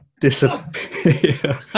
disappear